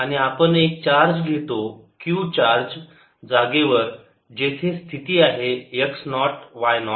आणि आपण एक चार्ज घेतो q चार्ज जागेवर जेथे स्थिती आहे x नॉट y नॉट